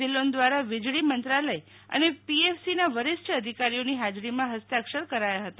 ધીલ્લોન દ્વારા વીજળી મંત્રાલય અને પીએફસીના વરિષ્ઠ અધિકારીઓની હાજરીમાં હસ્તાક્ષર કરાયા હતા